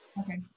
Okay